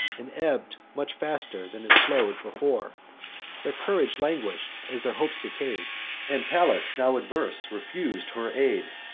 and ebb'd much faster than it flow'd before their courage languish'd, as their hopes decay'd and pallas, now averse, refus'd her aid.